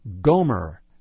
Gomer